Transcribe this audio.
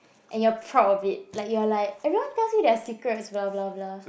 and your proud of it like your like everyone pass me their secret bla bla bla